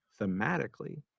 thematically